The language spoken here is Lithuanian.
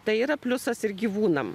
tai yra pliusas ir gyvūnam